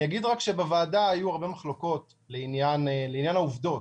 אני אגיד שבוועדה היו הרבה מחלוקות לעניין העובדות,